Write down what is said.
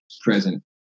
present